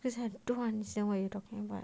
cause I don't understand what you are talking about